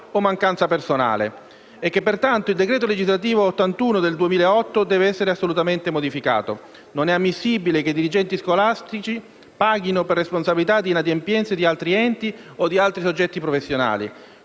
e che, pertanto, il decreto legislativo n. 81 del 2008 deve essere assolutamente modificato. Non è ammissibile che i dirigenti scolastici paghino per responsabilità di inadempienze di altri enti o di altri soggetti professionali.